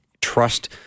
trust